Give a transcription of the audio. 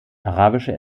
arabische